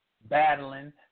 battling